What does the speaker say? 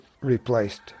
replaced